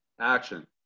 Action